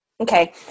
Okay